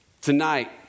Tonight